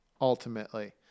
ultimately